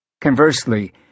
Conversely